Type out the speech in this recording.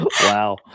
Wow